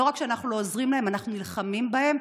לא רק שאנחנו לא עוזרים להם, אנחנו נלחמים בהם.